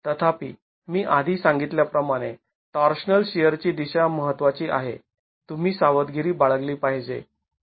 तथापि मी आधी सांगितल्या प्रमाणे टॉर्शनल शिअरची दिशा महत्त्वाची आहे तुम्ही सावधगिरी बाळगली पाहिजे